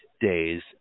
days